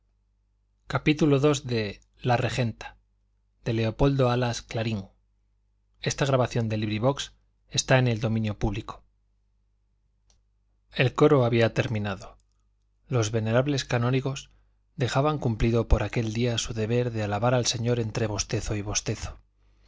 obdulia felicitaba a bermúdez con un apretón de manos en la sombra el coro había terminado los venerables canónigos dejaban cumplido por aquel día su deber de alabar al señor entre bostezo y bostezo